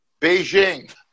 Beijing